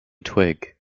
twig